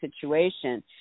situation